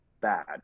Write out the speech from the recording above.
bad